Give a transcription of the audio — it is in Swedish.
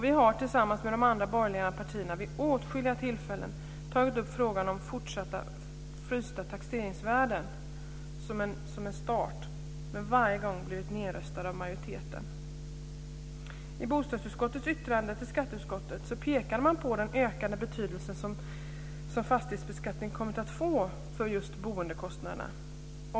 Vi har tillsammans med de andra borgerliga partierna vid åtskilliga tillfällen tagit upp frågan om fortsatta frysta taxeringsvärden som en start men varje gång blivit nedröstade av majoriteten. I bostadsutskottets yttrande till skatteutskottet pekar man på den ökande betydelse som fastighetsbeskattningen har kommit att få just för boendekostnaderna.